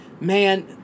man